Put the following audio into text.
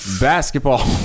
Basketball